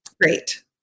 Great